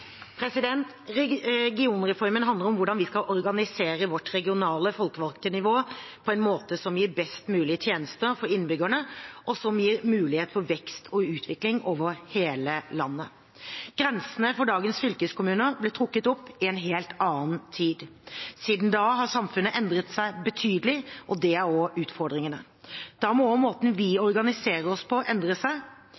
handler om hvordan vi skal organisere vårt regionale folkevalgte nivå på en måte som gir best mulige tjenester for innbyggerne, og som gir mulighet for vekst og utvikling over hele landet. Grensene for dagens fylkeskommuner ble trukket opp i en helt annen tid. Siden da har samfunnet endret seg betydelig, og det har også utfordringene. Da må også måten vi